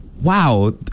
wow